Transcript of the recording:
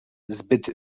zbyt